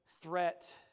threat